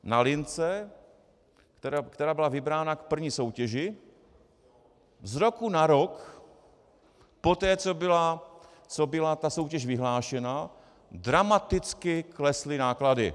Na lince, která byla vybrána k první soutěži, z roku na rok, poté, co byla ta soutěž vyhlášena, dramaticky klesly náklady.